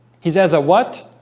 he's as a what?